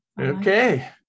Okay